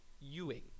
Ewing